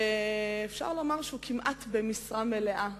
ואפשר לומר שהוא כמעט במשרה מלאה,